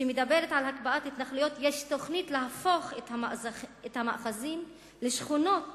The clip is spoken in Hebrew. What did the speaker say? שמדברת על הקפאת התנחלויות יש תוכנית להפוך את המאחזים לשכונות